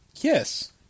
Yes